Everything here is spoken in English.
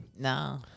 No